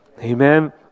Amen